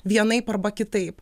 vienaip arba kitaip